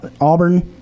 Auburn